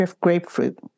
Grapefruit